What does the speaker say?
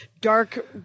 dark